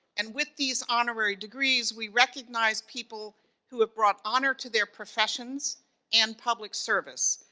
and with these honorary degrees we recognize people who have brought honor to their professions and public service,